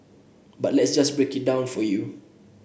but let's just break it down for you